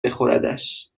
بخوردش